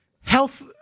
health